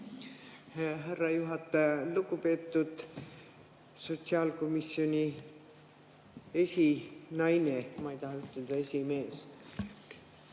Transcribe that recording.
härra juhataja! Lugupeetud sotsiaalkomisjoni esinaine, ma ei taha öelda "esimees"!